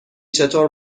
چطور